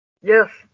Yes